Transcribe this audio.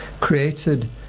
created